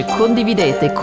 condividete